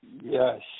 Yes